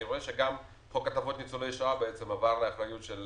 ואני רואה שגם חוק ניצולי שואה עבר לאחריות של